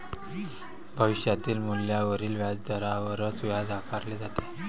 भविष्यातील मूल्यावरील व्याजावरच व्याज आकारले जाते